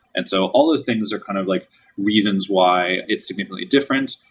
and so all those things are kind of like reasons why it's significantly different.